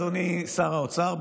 אדוני שר האוצר,